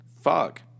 fuck